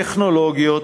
טכנולוגיות,